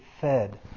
fed